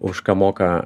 už ką moka